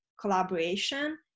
collaboration